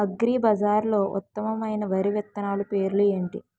అగ్రిబజార్లో ఉత్తమమైన వరి విత్తనాలు పేర్లు ఏంటి?